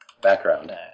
background